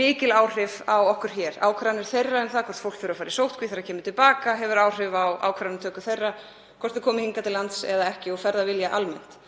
mikil áhrif á okkur hér og ákvarðanir þeirra um það hvort fólk þurfi að fara í sóttkví þegar það kemur til baka hefur áhrif á ákvarðanatöku þess um hvort það komi hingað til lands eða ekki og ferðavilja almennt.